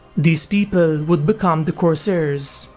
these people would become the corsairs,